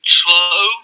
slow